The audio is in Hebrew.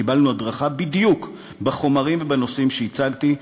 קיבלנו הדרכה בדיוק בחומרים ובנושאים שהצגתי.